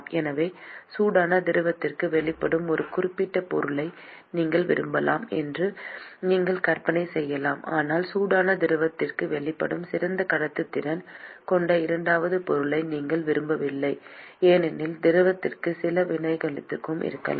எனவே சூடான திரவத்திற்கு வெளிப்படும் ஒரு குறிப்பிட்ட பொருளை நீங்கள் விரும்பலாம் என்று நீங்கள் கற்பனை செய்யலாம் ஆனால் சூடான திரவத்திற்கு வெளிப்படும் சிறந்த கடத்துத்திறன் கொண்ட இரண்டாவது பொருளை நீங்கள் விரும்பவில்லை ஏனெனில் திரவத்துடன் சில வினைத்திறன் இருக்கலாம்